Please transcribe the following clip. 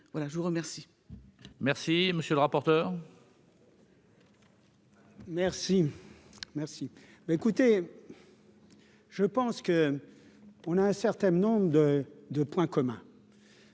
voilà je vous remercie.